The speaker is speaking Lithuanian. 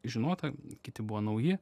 žinota kiti buvo nauji